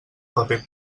paper